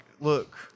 look